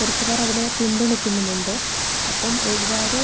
കുറച്ച് പേർ അതിനെ പിന്തുണയ്ക്കുന്നുമുണ്ട് അപ്പൊൾ ഒരുപാട്